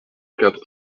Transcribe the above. quatre